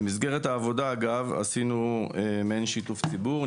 במסגרת העבודה אגב, עשינו מעין שיתוף ציבור.